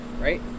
Right